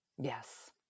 Yes